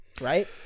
right